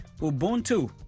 Ubuntu